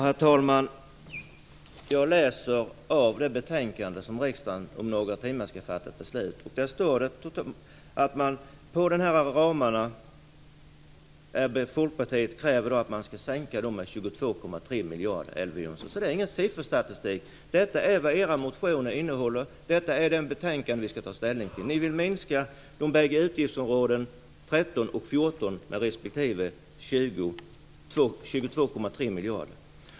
Herr talman! Jag läser ur det betänkande som riksdagen om några timmar skall fatta beslut om. Där står det att Folkpartiet kräver att ramarna skall sänkas med 22,3 miljarder. Det är ingen statistik. Detta är vad era motioner innehåller. Detta är det betänkande vi skall ta ställning till. Ni vill minska utgiftsområdena 13 och 14 med 22,3 miljarder.